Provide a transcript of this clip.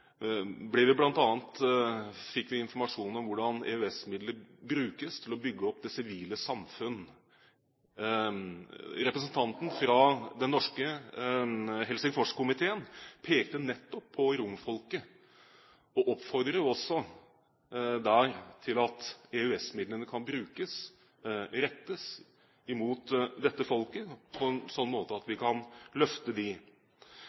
fikk vi bl.a. informasjon om hvordan EØS-midlene brukes til å bygge opp det sivile samfunn. Representanten fra Den norske Helsingforskomité pekte nettopp på romfolket og oppfordret til at EØS-midlene kan brukes på/rettes mot dette folket på en slik måte at